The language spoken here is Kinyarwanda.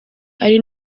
ari